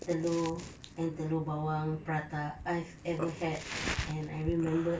telur and telur bawang prata I've ever had and I remembered